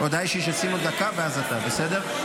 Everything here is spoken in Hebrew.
הודעה אישית לסימון, דקה, ואז אתה, בסדר?